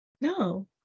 No